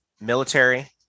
military